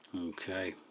Okay